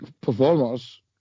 performers